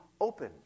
open